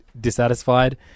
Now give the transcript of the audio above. dissatisfied